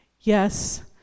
yes